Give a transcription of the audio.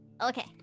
Okay